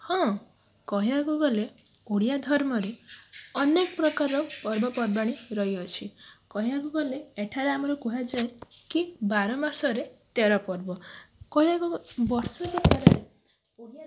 ହଁ କହିବାକୁ ଗଲେ ଓଡ଼ିଆ ଧର୍ମରେ ଅନେକ ପ୍ରକାରର ପର୍ବପର୍ବାଣୀ ରହିଅଛି କହିବାକୁ ଗଲେ ଏଠାରେ ଆମର କୁହାଯାଏ କି ବାର ମାସରେ ତେର ପର୍ବ କହିବାକୁ ବର୍ଷକ ସାରା